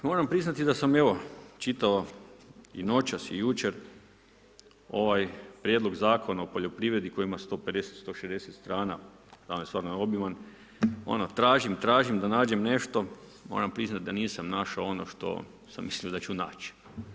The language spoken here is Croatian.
Moram priznati da sam evo, čitao i noćas i jučer ovaj prijedlog Zakona o poljoprivredi, koji ima 150-160 str. stvarno je obilan, tražim, tražim da nađem nešto, moram priznati da nisam našao ono što sam mislio da ću naći.